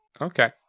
Okay